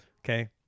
Okay